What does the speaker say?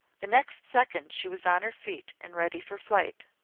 the next second she was on her feet and ready for flight.